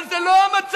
אבל זה לא המצב.